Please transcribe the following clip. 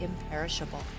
imperishable